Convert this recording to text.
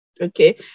okay